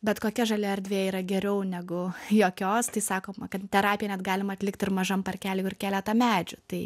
bet kokia žalia erdvė yra geriau negu jokios tai sakoma kad terapiją net galima atlikt ir mažam parkely kur keletą medžių tai